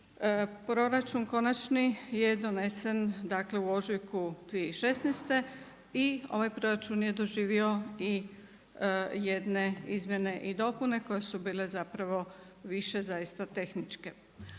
proračun konačni je donesen, dakle u ožujku 2016. I ovaj proračun je doživio i jedne izmjene i dopune koje su bile zapravo više zaista tehničke.